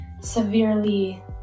severely